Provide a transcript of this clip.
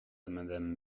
madame